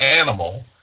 animal